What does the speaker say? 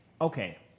Okay